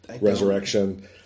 Resurrection